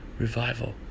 Revival